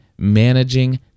managing